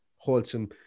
wholesome